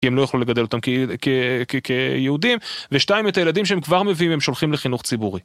כי הם לא יכולו לגדל אותם כיהודים, ושתיים, את הילדים שהם כבר מביאים הם שולחים לחינוך ציבורי.